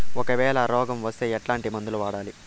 ఒకవేల రోగం వస్తే ఎట్లాంటి మందులు వాడాలి?